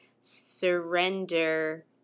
surrender